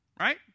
right